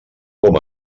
com